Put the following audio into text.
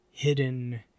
hidden